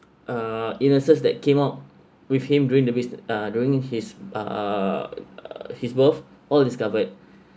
uh illnesses that came out with him during the his during his uh his birth all is covered